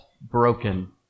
broken